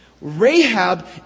Rahab